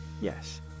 yes